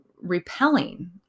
repelling